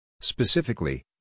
Specifically